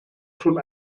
schon